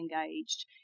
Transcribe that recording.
engaged